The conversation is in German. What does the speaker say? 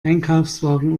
einkaufswagen